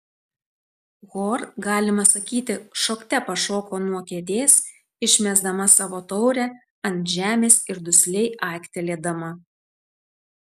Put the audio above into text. hor galima sakyti šokte pašoko nuo kėdės išmesdama savo taurę ant žemės ir dusliai aiktelėdama